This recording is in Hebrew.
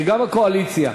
וגם הקואליציה.